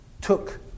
took